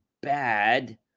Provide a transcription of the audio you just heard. bad